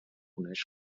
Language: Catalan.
coneix